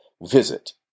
Visit